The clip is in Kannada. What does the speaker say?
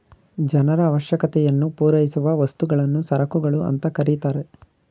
ಜನರ ಅವಶ್ಯಕತೆಯನ್ನು ಪೂರೈಸುವ ವಸ್ತುಗಳನ್ನು ಸರಕುಗಳು ಅಂತ ಕರೆತರೆ